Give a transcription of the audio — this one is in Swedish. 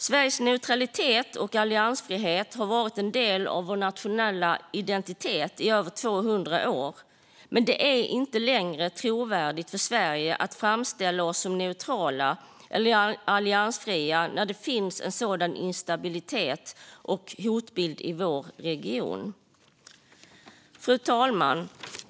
Sveriges neutralitet och alliansfrihet har varit en del av vår nationella identitet i över 200 år, men det är inte längre trovärdigt för Sverige att framställa oss som neutrala eller alliansfria när det finns en sådan instabilitet och hotbild i vår region. Fru talman!